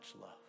love